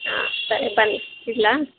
ಹಾಂ ಸರಿ ಬನ್ನಿ ಇಡಲಾ